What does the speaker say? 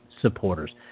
supporters